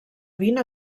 vint